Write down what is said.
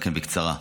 גם בקצרה.